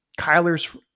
Kyler's